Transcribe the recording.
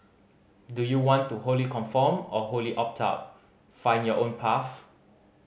do you want to wholly conform or wholly opt out find your own path